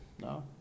No